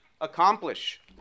accomplish